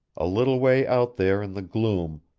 a little way out there in the gloom,